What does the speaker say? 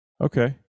Okay